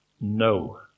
no